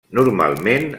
normalment